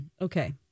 Okay